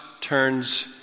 turns